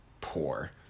poor